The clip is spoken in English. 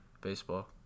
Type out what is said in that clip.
baseball